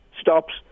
stops